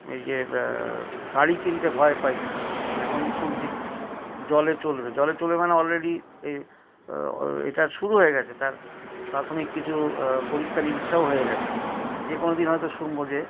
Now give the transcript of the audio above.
এই যে গাড়ি কিনতে ভয় পাই এখন শুনছি জলে চলবে জলে চলবে মানে অলরেডি এটা শুরু হয়ে গেছে তার প্রাথমিক কিছু পরীক্ষানিরীক্ষাও হয়ে গেছে যে কোনোদিন হয়তো শুনব যে